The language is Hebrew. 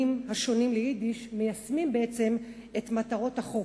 השונים ליידיש מיישמת בעצם את מטרות החוק.